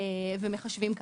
ומחשבים כך.